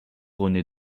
renaît